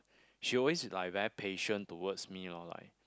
she always like very patient towards me orh like